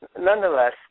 Nonetheless